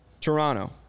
Toronto